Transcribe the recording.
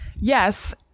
Yes